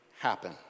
happen